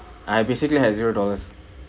I basically had zero dollars